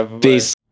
Peace